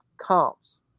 comps